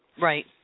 Right